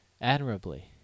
admirably